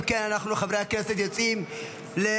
אם כן, חברי הכנסת, אנחנו יוצאים להפסקה.